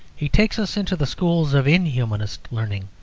he takes us into the schools of inhumanist learning,